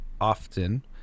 often